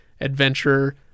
adventure